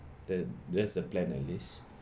that that's the plan at least